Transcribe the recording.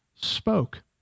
spoke